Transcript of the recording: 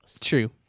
True